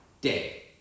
day